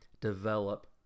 develop